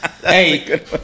Hey